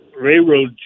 railroad